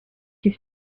his